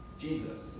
Jesus